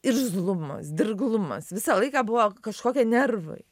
irzlumas dirglumas visą laiką buvo kažkokie nervai